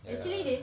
ya